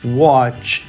watch